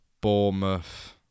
Bournemouth